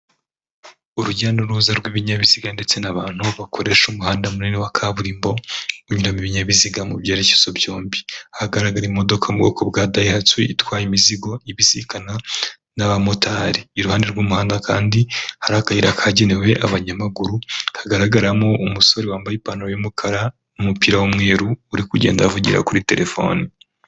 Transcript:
Urujya n'uruza rw'ibinyabiziga ndetse n'abantu bakoresha umuhanda munini wa kaburimbo n’ibinyabiziga mu byerekezo byombi ahagaragara imodoka mu bwoko bwa dayihatsu itwaye imizigo ibisikana n'abamotari ,iruhande rw'umuhanda kandi hari akayira kagenewe abanyamaguru hagaragaramo umusore wambaye ipantaro y'umukara n'umupira w'umweru uri kugenda avugira kuri telefoni.